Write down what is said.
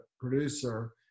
producer